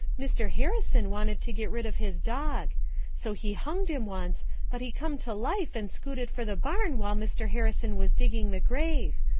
mr. harrison wanted to get rid of his dog so he hunged him once but he come to life and scooted for the barn while mr. harrison was digging the grave,